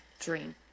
dream